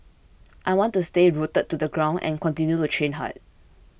I want to stay rooted to the ground and continue to train hard